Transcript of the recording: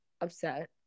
upset